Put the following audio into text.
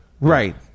right